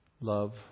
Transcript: love